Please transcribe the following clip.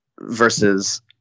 versus